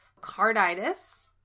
Carditis